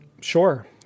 Sure